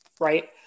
Right